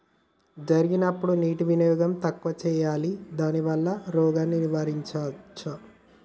జరిగినప్పుడు నీటి వినియోగం తక్కువ చేయాలి దానివల్ల రోగాన్ని నివారించవచ్చా?